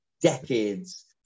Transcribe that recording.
decades